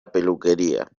peluquería